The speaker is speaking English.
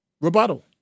rebuttal